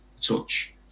touch